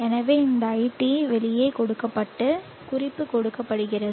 எனவே இந்த iT வெளியே கொடுக்கப்பட்டு குறிப்பு கொடுக்கப்படுகிறது